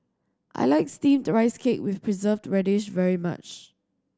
I like Steamed Rice Cake with Preserved Radish very much